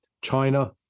China